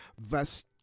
verse